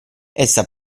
essa